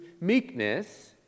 meekness